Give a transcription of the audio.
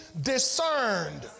discerned